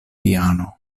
piano